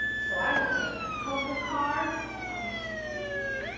so i will take my poker cards. okay.